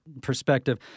perspective